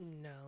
no